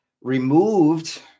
removed